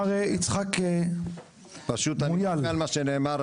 מר יצחק מויאל --- אני מוחה על מה שנאמר.